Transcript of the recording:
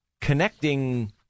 connecting